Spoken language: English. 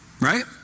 right